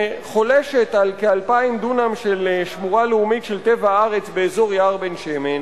שחולשת על כ-2,000 דונם של שמורה לאומית של טבע ארץ באזור יער בן-שמן.